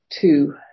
two